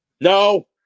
No